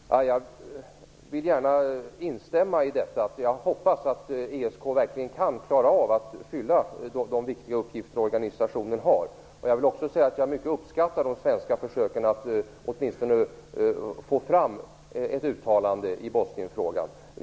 Fru talman! Jag vill gärna instämma i detta, och jag hoppas att ESK verkligen kan klara av att fylla de viktiga uppgifter organisationen har. Jag uppskattar mycket de svenska försöken att åtminstone få fram ett uttalande i Bosnienfrågan.